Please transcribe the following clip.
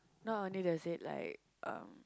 not only does it like uh